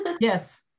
Yes